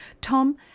Tom